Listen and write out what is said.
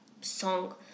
song